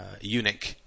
eunuch